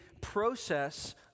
process